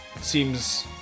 seems